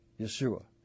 Yeshua